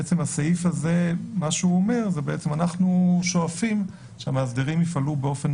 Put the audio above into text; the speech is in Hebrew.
הסעיף הזה אומר שאנחנו שואפים שהמאסדרים יפעלו באופן